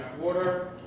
water